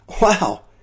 wow